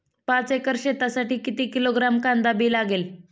पाच एकर शेतासाठी किती किलोग्रॅम कांदा बी लागेल?